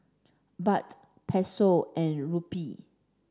Baht Peso and Rupee